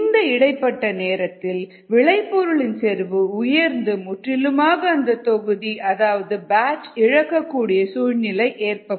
இந்த இடைப்பட்ட நேரத்தில் விளைபொருளின் செறிவு உயர்ந்து முற்றிலுமாக அந்த தொகுதி அதாவது பேச் இழக்கக்கூடிய சூழ்நிலை ஏற்படும்